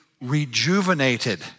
rejuvenated